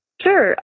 Sure